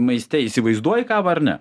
maiste įsivaizduoji kavą ar ne